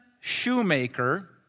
shoemaker